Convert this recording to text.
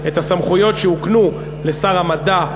הסמכויות שהוקנו לשר המדע,